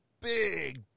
big